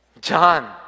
John